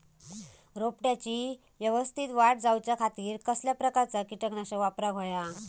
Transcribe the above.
रोपट्याची यवस्तित वाढ जाऊच्या खातीर कसल्या प्रकारचा किटकनाशक वापराक होया?